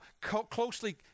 closely